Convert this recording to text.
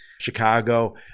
Chicago